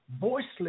voiceless